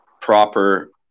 proper